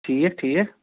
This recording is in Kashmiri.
ٹھیٖک ٹھیٖک